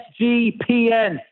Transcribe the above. SGPN